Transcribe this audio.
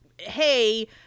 hey